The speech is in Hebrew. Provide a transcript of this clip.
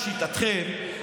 לשיטתכם,